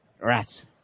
rats